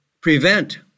prevent